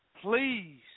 please